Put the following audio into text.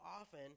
often